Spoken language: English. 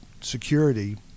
security